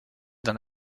d’un